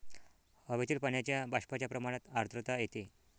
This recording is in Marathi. हवेतील पाण्याच्या बाष्पाच्या प्रमाणात आर्द्रता येते